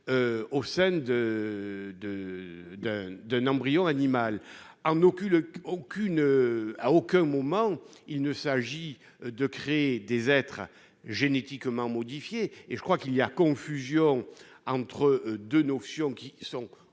au sein d'un embryon animal ; à aucun moment, il ne s'agit de créer des êtres génétiquement modifiés. Je crois qu'il y a confusion entre deux notions qui sont